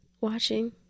watching